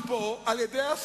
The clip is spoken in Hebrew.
אתם עם אובמה יודעים